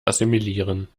assimilieren